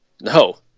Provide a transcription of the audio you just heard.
No